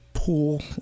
pool